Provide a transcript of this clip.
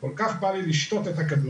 כל כך בא לי לשתות את הכדורים,